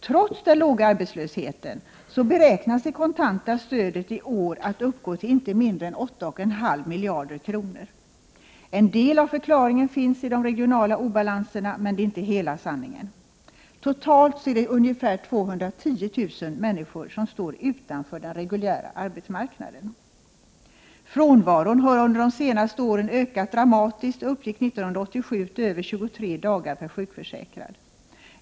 Trots den låga arbetslösheten beräknas det kontanta stödet i år uppgå till inte mindre än 8,5 miljarder kronor. En del av förklaringen finns i de regionala obalanserna, men det är inte hela sanningen. Totalt är det ungefär 210 000 människor som står utanför den reguljära arbetsmarknaden. Frånvaron har under de senaste åren ökat dramatiskt och uppgick 1987 till över 23 dagar per sjukförsäkrad.